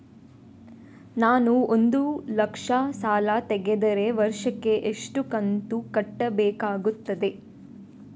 ನಾನು ಒಂದು ಲಕ್ಷ ಸಾಲ ತೆಗೆದರೆ ವರ್ಷಕ್ಕೆ ಎಷ್ಟು ಕಂತು ಕಟ್ಟಬೇಕಾಗುತ್ತದೆ?